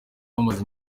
amaze